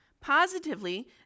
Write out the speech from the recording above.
Positively